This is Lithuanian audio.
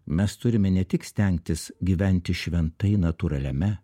mes turime ne tik stengtis gyventi šventai natūraliame